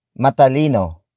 matalino